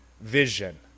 vision